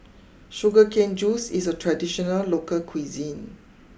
Sugar Cane juice is a traditional local cuisine